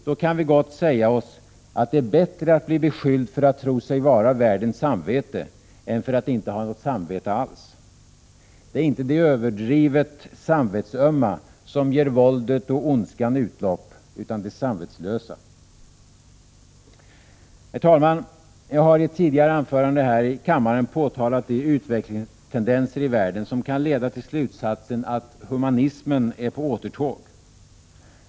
Då kan vi gott säga oss, att det är bättre att bli beskylld för att tro sig vara världens samvete än för att inte ha något samvete alls. Det är inte de överdrivet samvetsömma som ger våldet och ondskan utlopp, utan de samvetslösa! Herr talman! Jag har i ett tidigare anförande här i kammaren påtalat de utvecklingstendenser i världen som kan leda till slutsatsen att humanismen är på återtåg.